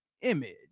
Image